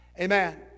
Amen